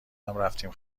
رفتیم